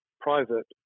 private